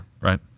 Right